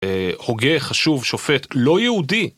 הוגה, חשוב, שופט, לא יהודי.